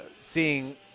seeing